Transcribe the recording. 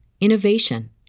innovation